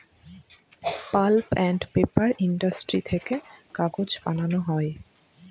pulp and paper industry থেকে কাগজ বানানো হয়